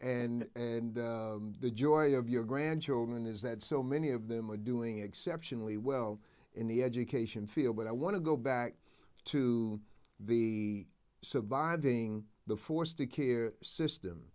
happen and the joy of your grandchildren is that so many of them are doing exceptionally well in the education field but i want to go back to the surviving the forced to care system